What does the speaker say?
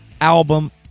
album